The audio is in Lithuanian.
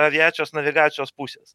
aviacijos navigacijos pusės